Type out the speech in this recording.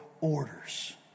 orders